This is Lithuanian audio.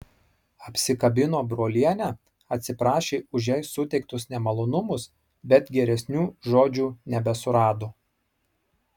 apsikabino brolienę atsiprašė už jai suteiktus nemalonumus bet geresnių žodžių nebesurado